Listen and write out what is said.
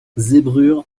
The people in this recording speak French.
zébrure